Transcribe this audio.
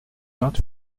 not